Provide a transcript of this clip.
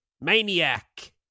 Maniac